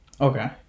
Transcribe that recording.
Okay